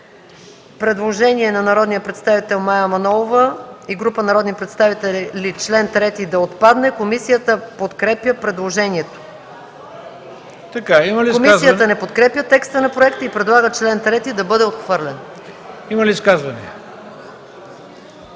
Предложение на народния представител Мая Манолова и група народни представители – чл. 3 да отпадне. Комисията подкрепя предложението. Комисията не подкрепя текста на проекта и предлага чл. 3 да бъде отхвърлен. ПРЕДСЕДАТЕЛ